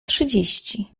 trzydzieści